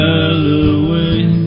Halloween